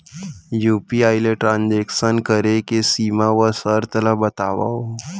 UPI ले transaction करे के सीमा व शर्त ला बतावव?